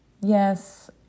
Yes